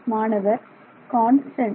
மாணவர் கான்ஸ்டன்ட்